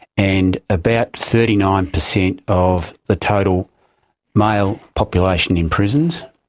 and about thirty nine percent of the total male population in prisons.